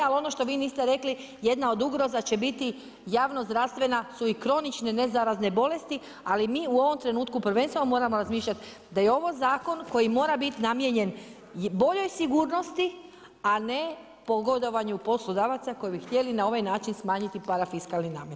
Ali, ono što vi niste rekli, jedna od ugroza će biti javno zdravstvene su i kronične nezarazne bolesti, ali mi u ovom trenutku moramo promišljati da je ovo zakon koji mora biti namijenjen boljoj sigurnosti, a ne pogodovanju poslodavaca, koji bi htjeli na ovaj način smanjiti parafiskalni namet.